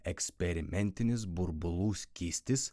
eksperimentinis burbulų skystis